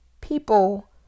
people